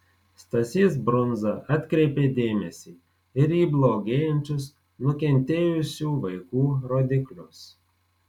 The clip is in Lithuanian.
stasys brunza atkreipė dėmesį ir į blogėjančius nukentėjusių vaikų rodiklius